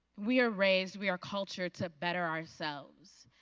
we are raised, we are cultured to better ourselves.